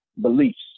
beliefs